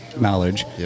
knowledge